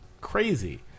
crazy